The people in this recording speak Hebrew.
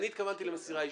אני התכוונתי למסירה אישית.